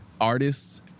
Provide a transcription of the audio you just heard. artists